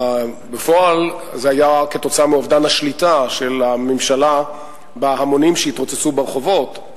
בפועל זה היה כתוצאה מאובדן השליטה של הממשלה בהמונים שהתרוצצו ברחובות,